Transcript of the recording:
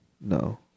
No